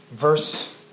Verse